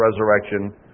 resurrection